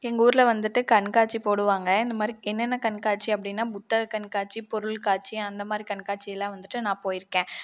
எங்கள் ஊர்ல வந்துட்டு கண்காட்சி போடுவாங்கள் இந்தமாதிரி என்னென்ன கண்காட்சி அப்படீன்னா புத்தக கண்காட்சி பொருள்காட்சி அந்தமாதிரி கண்காட்சியெல்லாம் வந்துட்டு நான் போயிருக்கேன்